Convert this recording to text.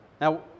now